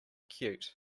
cute